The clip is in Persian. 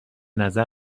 نظر